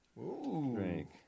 drink